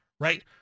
right